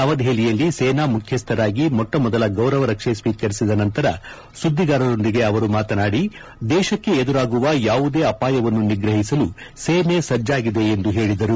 ನವದೆಹಲಿಯಲ್ಲಿ ಸೇನಾ ಮುಖ್ಯಸ್ಥರಾಗಿ ಮೊಟ್ಟಮೊದಲ ಗೌರವ ರಕ್ಷೆ ಸ್ವೀಕರಿಸಿದ ನಂತರ ಸುದ್ದಿಗಾರರೊಂದಿಗೆ ಮಾತನಾದಿ ದೇಶಕ್ಕೆ ಎದುರಾಗುವ ಯಾವುದೇ ಅಪಾಯವನ್ನು ನಿಗ್ರಹಿಸಲು ಸೇನೆ ಸಜ್ಜಾಗಿದೆ ಎಂದು ಹೇಳಿದರು